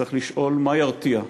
צריך לשאול מה ירתיע.